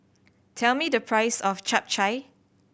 tell me the price of Chap Chai